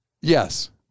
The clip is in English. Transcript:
Yes